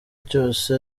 cyose